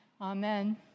Amen